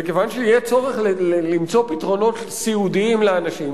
וכיוון שיהיה צורך למצוא פתרונות סיעודיים לאנשים,